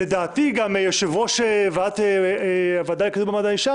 לדעתי גם יושב-ראש הוועדה לקידום מעמד האישה